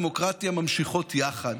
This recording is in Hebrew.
האם היהדות והדמוקרטיה ממשיכות יחד,